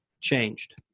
changed